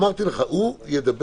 אמרתי לך, הוא ידבר.